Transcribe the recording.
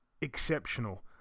exceptional